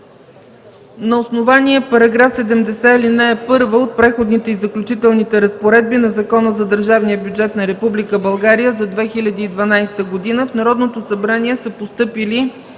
На основание § 70, ал. 1 от Преходните и заключителните разпоредби на Закона за държавния бюджет на Република България за 2012 г., в Народното събрание са постъпили